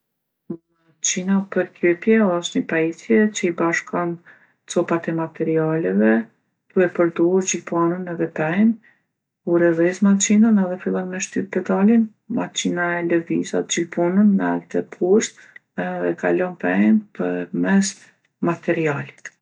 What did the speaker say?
Maqina për kepje osht ni pajisje që i bashkon copat e materialeve tu e përdorë gjilpanën edhe pejin. Kur e dhezë maqinën edhe fillon me shtyp pedalin, maqina e levizë atë gjilponën naltë e poshtë edhe e kalon pejin përmes materialit.